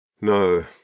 No